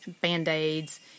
Band-Aids